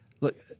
look